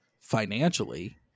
financially